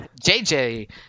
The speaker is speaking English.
JJ